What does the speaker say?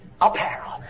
apparel